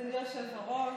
אדוני היושב-ראש,